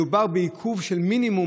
מדובר בעיכוב של מינימום,